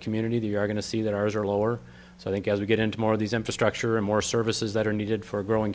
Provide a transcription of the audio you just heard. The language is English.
community are going to see that ours are lower so i think as we get into more of these infrastructure and more services that are needed for a growing